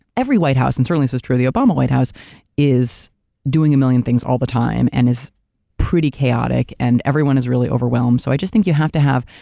every white house and certainly this was true of the obama white house is doing a million things all the time and is pretty chaotic and everyone is really overwhelmed. so i just think you have to have.